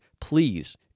please